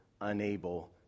unable